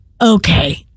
okay